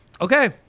okay